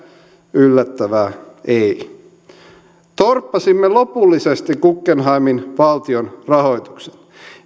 yllättävää ei torppasimme lopullisesti guggenheimin valtionrahoituksen